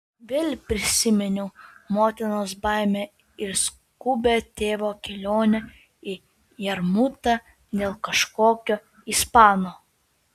vėl prisiminiau motinos baimę ir skubią tėvo kelionę į jarmutą dėl kažkokio ispano